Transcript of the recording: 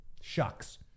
Shucks